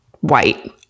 white